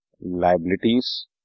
liabilities